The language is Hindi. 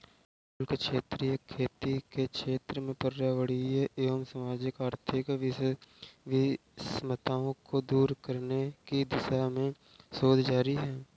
शुष्क क्षेत्रीय खेती के क्षेत्र में पर्यावरणीय एवं सामाजिक आर्थिक विषमताओं को दूर करने की दिशा में शोध जारी है